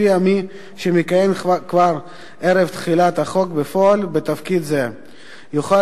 שלפיה מי שמכהן כבר ערב תחילת החוק בפועל בתפקיד זה יוכל